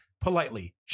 politely